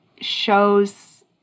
shows